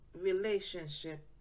relationship